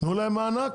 תנו להם מענק,